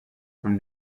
from